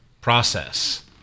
process